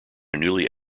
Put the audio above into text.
newly